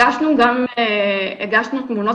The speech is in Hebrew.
הגשנו תמונות.